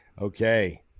Okay